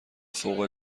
فوق